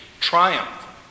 triumph